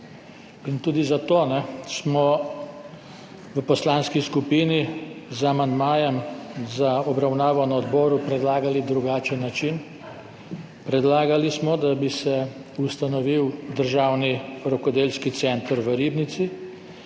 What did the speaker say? tudi zato smo v poslanski skupini z amandmajem za obravnavo na odboru predlagali drugačen način. Predlagali smo, da bi se ustanovil državni rokodelski center v Ribnici.